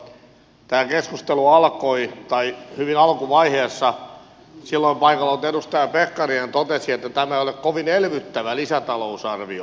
tämän keskustelun hyvin alkuvaiheessa silloin paikalla ollut pekkarinen totesi että tämä ei ole kovin elvyttävä lisätalousarvio